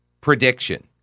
prediction